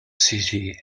city